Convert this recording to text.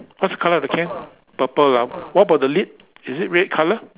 what's the colour of the can purple lah what about the lid is it red colour